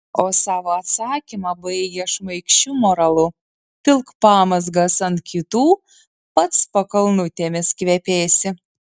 o savo atsakymą baigia šmaikščiu moralu pilk pamazgas ant kitų pats pakalnutėmis kvepėsi